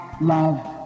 love